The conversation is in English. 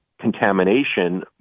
contamination